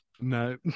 No